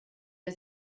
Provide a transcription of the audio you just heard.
der